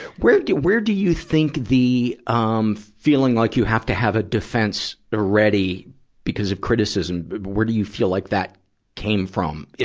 where do, where do you think the, um, feeling like you have to have a defense ready because of criticism, where do you feel like that came from,